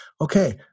okay